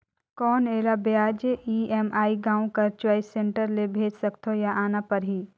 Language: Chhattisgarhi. कौन एला ब्याज ई.एम.आई गांव कर चॉइस सेंटर ले भेज सकथव या आना परही?